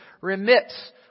Remits